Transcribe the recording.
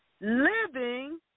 living